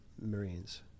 Marines